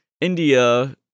india